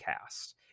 cast